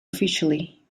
officially